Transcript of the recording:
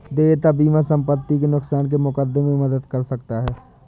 देयता बीमा संपत्ति के नुकसान के मुकदमे में मदद कर सकता है